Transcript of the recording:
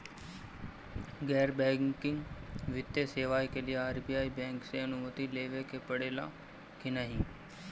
गैर बैंकिंग वित्तीय सेवाएं के लिए आर.बी.आई बैंक से अनुमती लेवे के पड़े ला की नाहीं?